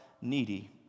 needy